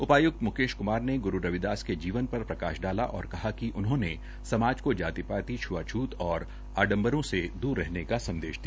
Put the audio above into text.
उपाय्क्त म्केश क्मार ने ग्रू रविदास के जीवन पर प्रकाश डाला और कहा कि उन्होंने समाज को जाति पाति छुआछूत और आडंबरों से दूर रहने का संदेश दिया